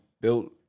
built